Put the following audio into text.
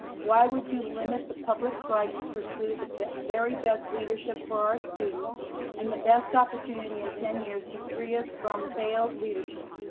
why would you limit the public's right to pursue the very best leadership for our students and the best opportunity in ten years to free us from failed leadership?